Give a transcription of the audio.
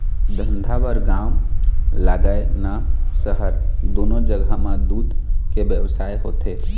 धंधा बर गाँव लागय न सहर, दूनो जघा म दूद के बेवसाय होथे